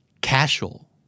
Casual